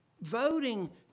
voting